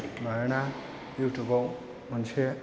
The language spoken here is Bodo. मानोना युटुबाव मोनसे